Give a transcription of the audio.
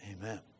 Amen